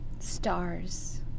Stars